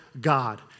God